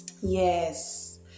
yes